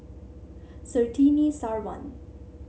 Surtini Sarwan